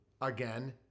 again